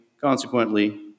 Consequently